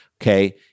Okay